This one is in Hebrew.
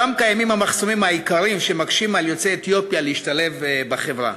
שם קיימים המחסומים העיקריים שמקשים על יוצאי אתיופיה להשתלב בחברה.